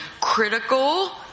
critical